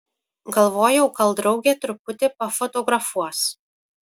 galvojau gal draugė truputį pafotografuos